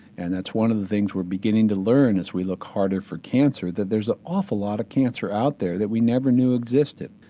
and that's one of the things we're beginning to learn as we look harder for cancer, that there's an awful lot of cancer out there that we never knew existed.